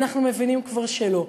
אנחנו מבינים כבר שלא.